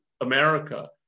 America